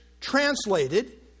translated